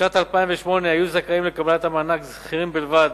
בשנת 2008 היו זכאים לקבלת המענק שכירים בלבד,